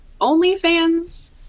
OnlyFans